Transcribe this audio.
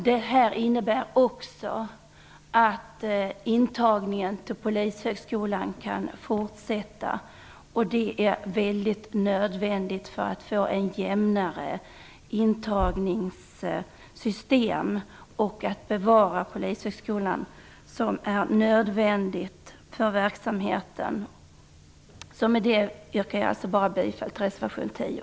Detta innebär också att intagningen till Polishögskolan kan fortsätta, vilket är nödvändigt för att få ett jämnare intagningssystem. Det är också en nödvändighet för polisverksamheten att Polishögskolan bevaras. Med detta yrkar jag bifall till reservation 10.